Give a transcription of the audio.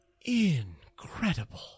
Incredible